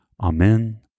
Amen